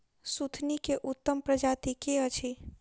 सुथनी केँ उत्तम प्रजाति केँ अछि?